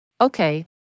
Okay